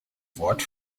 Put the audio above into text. wort